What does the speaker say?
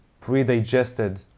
pre-digested